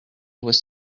was